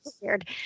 Weird